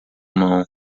mão